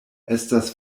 estas